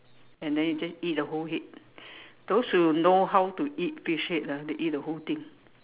and then you just eat the whole head those who know how to eat fish head ah they eat the whole thing